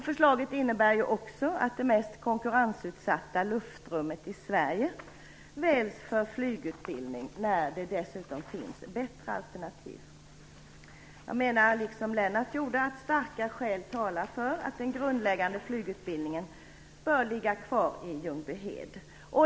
Förslaget innebär också att det mest konkurrensutsatta luftrummet i Sverige väljs för flygutbildning, trots att det dessutom finns bättre alternativ. Jag menar liksom Lennart Rohdin gjorde att starka skäl talar för att den grundläggande flygutbildningen bör ligga kvar i Ljungbyhed.